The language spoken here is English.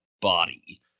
body